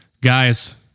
Guys